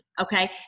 Okay